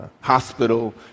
hospital